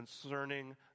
concerning